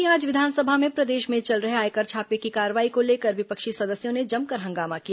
वहीं आज विधानसभा में प्रदेश में चल रहे आयकर छापे की कार्रवाई को लेकर विपक्षी सदस्यों ने जमकर हंगामा किया